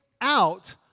out